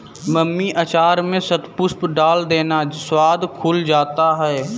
mummy अचार में शतपुष्प डाल देना, स्वाद खुल जाता है